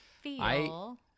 feel